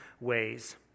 ways